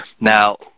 Now